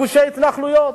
בגושי התנחלויות.